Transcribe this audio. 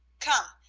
come,